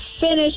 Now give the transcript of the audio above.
finish